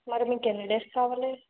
మరి మీకెన్ని డేస్ కావాలి